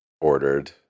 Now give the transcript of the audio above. ordered